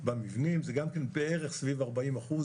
תיכף תראו את התוצאות ועשינו גם ישיבות עם ראשי רשויות מקומיות.